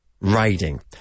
riding